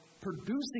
producing